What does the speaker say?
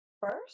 first